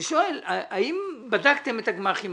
אני שואל האם בדקתם את הגמ"חים,